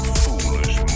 foolish